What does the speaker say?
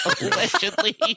Allegedly